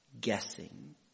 guessing